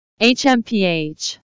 HMPH